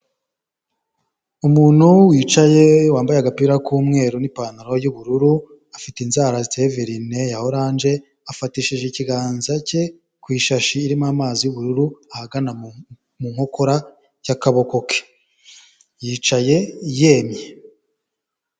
Umuntu wicaye wambaye agapira k'umweru n'ipantaro y'ubururu, afite inzara ziteye verine ya oranje, afatishije ikiganza cye ku ishashi irimo amazi y'ubururu ahagana mu nkokora y'akaboko ke, yicaye yemye.